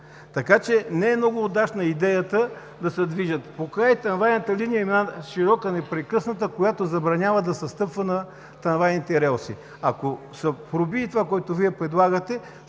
Така че не е много удачна идеята да се движат. Покрай трамвайната линия има една широка непрекъсната, която забранява да се стъпва на трамвайните релси. Ако се пробие това, което Вие предлагате,